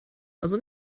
also